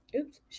oops